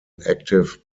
active